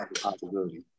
possibility